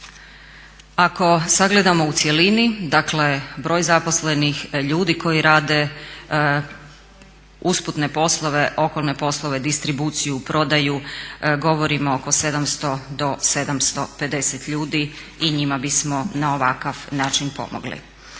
Ako sagledamo u cjelini, dakle broj zaposlenih ljudi koji rade usputne poslove, okolne poslove, distribuciju, prodaju govorimo oko 700 do 750 ljudi. I njima bismo na ovakav način pomogli.